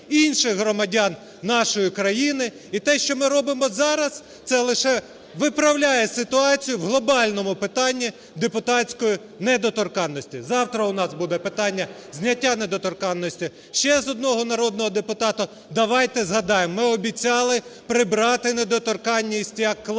інших громадян нашої країни. І те, що ми робимо зараз, це лише виправляє ситуацію в глобальному питанні депутатської недоторканності. Завтра у нас буде питання зняття недоторканності ще з одного народного депутата. Давайте згадаємо, ми обіцяли прибрати недоторканність як клас.